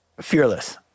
fearless